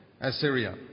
Assyria